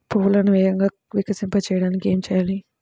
పువ్వులను వేగంగా వికసింపచేయటానికి ఏమి చేయాలి?